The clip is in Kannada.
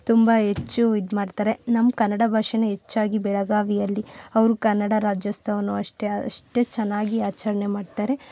ತುಂಬ ಹೆಚ್ಚು ಇದು ಮಾಡ್ತಾರೆ ನಮ್ಮ ಕನ್ನಡ ಭಾಷೆನ ಹೆಚ್ಚಾಗಿ ಬೆಳಗಾವಿಯಲ್ಲಿ ಅವರು ಕನ್ನಡ ರಾಜ್ಯೋತ್ಸವನು ಅಷ್ಟೆ ಅಷ್ಟೇ ಚೆನ್ನಾಗಿ ಆಚರ್ಣೆ ಮಾಡ್ತಾರೆ